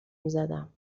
میزدم